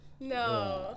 No